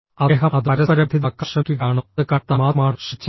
അദ്ദേഹം അത് പരസ്പരബന്ധിതമാക്കാൻ ശ്രമിക്കുകയാണോ അത് കണ്ടെത്താൻ മാത്രമാണ് ശ്രമിച്ചത്